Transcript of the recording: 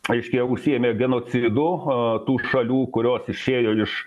reiškia užsiėmė genocidu tų šalių kurios išėjo iš